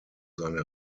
seine